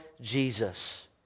Jesus